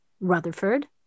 Rutherford